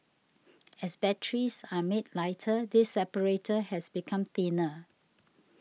as batteries are made lighter this separator has become thinner